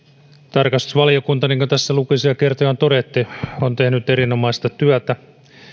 tarkastusvaliokunta niin kuin tässä lukuisia kertoja on todettu on tehnyt erinomaista työtä